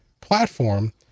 platform